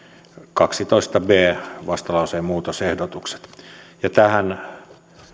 kahdestoista b pykälä vastalauseen muutosehdotukset tähän